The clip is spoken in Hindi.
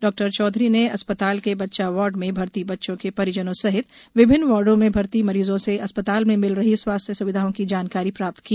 डॉ चौधरी ने अस्पताल के बच्चा वार्ड में भर्ती बच्चों के परिजनों सहित विभिन्न वार्डो में भर्ती मरीजों से अस्पताल में मिल रही स्वास्थ्य स्विधाओं की जानकारी प्राप्त की